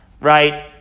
right